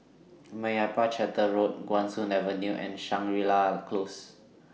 Meyappa Chettiar Road Guan Soon Avenue and Shangri La Close